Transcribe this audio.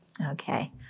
okay